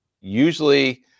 usually –